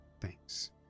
Thanks